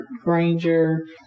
Granger